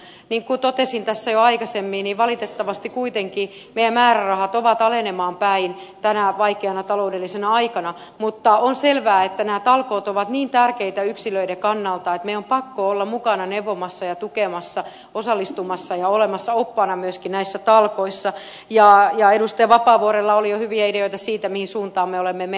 niin kuin totesin tässä jo aikaisemmin niin valitettavasti kuitenkin meidän määrärahamme ovat alenemaan päin tänä vaikeana taloudellisena aikana mutta on selvää että nämä talkoot ovat niin tärkeitä yksilöiden kannalta että meidän on pakko olla mukana neuvomassa ja tukemassa osallistumassa ja olemassa oppaana myöskin näissä talkoissa ja edustaja vapaavuorella oli jo hyviä ideoita siitä mihin suuntaan me olemme menossa